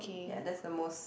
ya that's the most